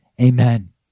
Amen